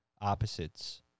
opposites